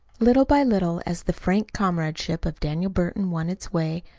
little by little, as the frank comradeship of daniel burton won its way,